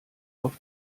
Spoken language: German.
auf